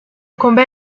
combat